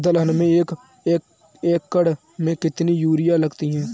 दलहन में एक एकण में कितनी यूरिया लगती है?